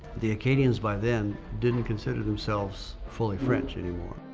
the acadians, by then, didn't consider themselves fully french, anymore.